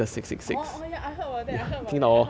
oh oh ya I heard about that I heard about that I heard about that